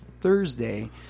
Thursday